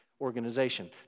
organization